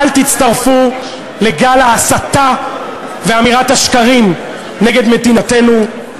אל תצטרפו לגל ההסתה ואמירת השקרים נגד מדינתנו,